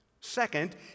Second